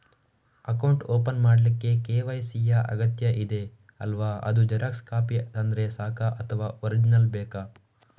Account open ಮಾಡ್ಲಿಕ್ಕೆ KYC ಯಾ ಅಗತ್ಯ ಇದೆ ಅಲ್ವ ಅದು ಜೆರಾಕ್ಸ್ ಕಾಪಿ ತಂದ್ರೆ ಸಾಕ ಅಥವಾ ಒರಿಜಿನಲ್ ಬೇಕಾ?